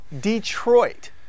Detroit